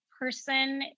person